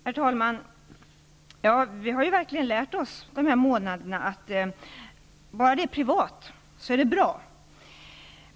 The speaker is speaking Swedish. Herr talman! Vi har under de här månaderna verkligen lärt oss att allt är bra bara det är privat.